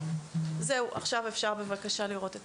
זהו, עכשיו אפשר, בבקשה, לראות את